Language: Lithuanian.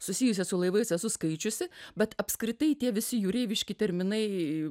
susijusias su laivais esu skaičiusi bet apskritai tie visi jūreiviški terminai